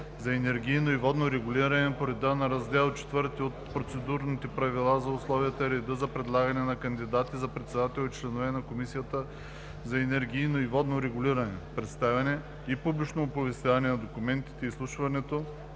за енергийно и водно регулиране по реда на раздел IV от Процедурните правила за условията и реда за предлагане на кандидати за председател и членове на Комисията за енергийно и водно регулиране, представяне и публично оповестяване на документите и изслушването